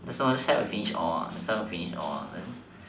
that's all last time we finish all last time we finish all ah then